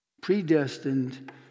predestined